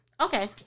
Okay